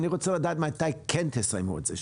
אבל אני רוצה לדעת מתי כן תסיימו את זה.